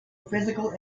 physical